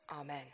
Amen